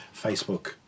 Facebook